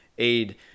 aid